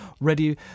ready